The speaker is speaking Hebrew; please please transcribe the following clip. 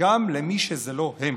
גם למי שזה לא הם.